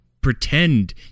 pretend